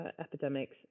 epidemics